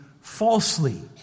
falsely